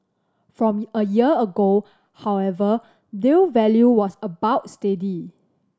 from a year ago however deal value was about steady